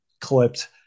clipped